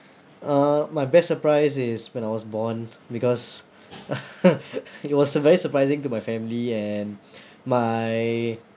uh my best surprise is when I was born because it was very surprising to my family and my